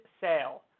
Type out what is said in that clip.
sale